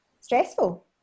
stressful